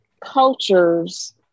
cultures